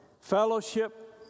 fellowship